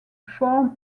form